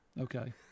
Okay